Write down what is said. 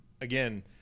again